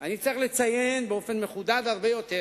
אני צריך לציין באופן מחודד הרבה יותר,